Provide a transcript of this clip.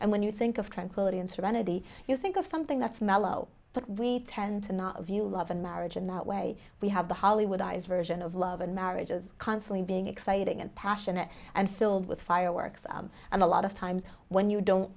and when you think of tranquility and serenity you think of something that's mellow but we tend to not view love and marriage in that way we have the hollywoodized version of love and marriage is constantly being exciting and passionate and filled with fireworks and a lot of times when you don't